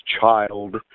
child